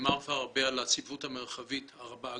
נאמר כבר הרבה על הצפיפות המרחבית הגדולה,